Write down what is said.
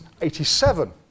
87